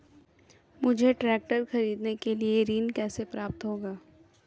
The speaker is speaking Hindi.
मुझे ट्रैक्टर खरीदने के लिए ऋण कैसे प्राप्त होगा?